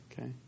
Okay